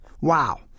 Wow